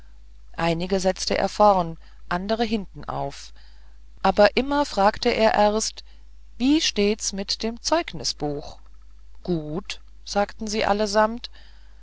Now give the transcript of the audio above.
einige setzte er vorn andere hinten auf aber immer fragte er erst wie steht es mit dem zeugnisbuch gut sagten sie allesamt